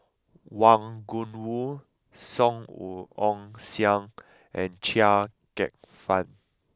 Wang Gungwu Song Ong Siang and Chia Kwek Fah